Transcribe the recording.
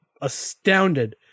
astounded